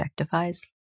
objectifies